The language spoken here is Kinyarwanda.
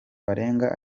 barenga